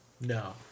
No